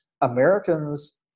Americans